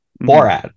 morad